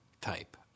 type